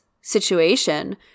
situation